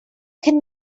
can